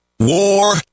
WAR